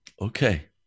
Okay